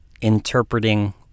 interpreting